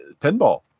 pinball